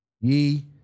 ye